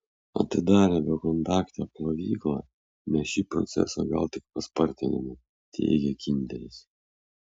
atidarę bekontaktę plovyklą mes šį procesą gal tik paspartinome teigia kinderis